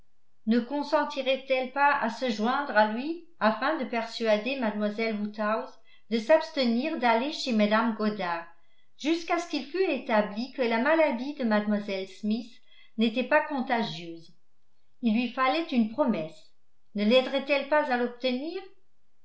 ne consentirait elle pas à se joindre à lui afin de persuader mlle woodhouse de s'abstenir d'aller chez mme goddard jusqu'à ce qu'il fût établi que la maladie de mlle smith n'était pas contagieuse il lui fallait une promesse ne laiderait elle pas à l'obtenir